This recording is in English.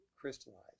crystallized